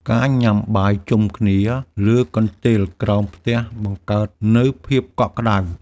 ការញ៉ាំបាយជុំគ្នាលើកន្ទេលក្រោមផ្ទះ បង្កើតនូវភាពកក់ក្តៅ។